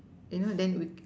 you know then we